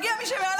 יגיע מי שמעליו,